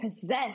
possess